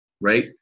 right